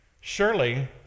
Surely